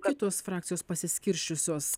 kitos frakcijos pasiskirsčiusios